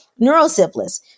neurosyphilis